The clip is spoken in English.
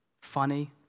funny